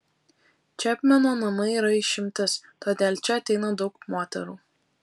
čepmeno namai yra išimtis todėl čia ateina daug moterų